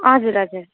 हजुर हजुर